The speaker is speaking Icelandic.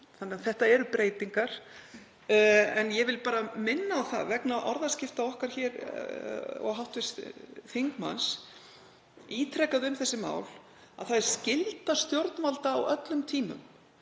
þannig að þetta eru breytingar. En ég vil bara minna á það, vegna orðaskipta okkar hér, mín og hv. þingmanns, ítrekað um þessi mál að það er skylda stjórnvalda á öllum tímum